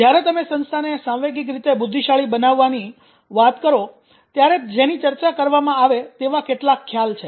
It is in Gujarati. જ્યારે તમે સંસ્થાને સાંવેગિક રીતે બુદ્ધિશાળી બનાવવાની વાત કરો ત્યારે જેની ચર્ચા કરવામાં આવે તેવા કેટલાક ખ્યાલ છે